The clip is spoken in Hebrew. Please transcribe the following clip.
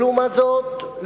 לעומת זאת,